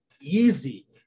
Easy